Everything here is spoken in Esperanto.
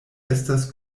estas